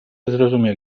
zrozumie